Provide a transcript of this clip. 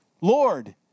Lord